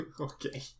Okay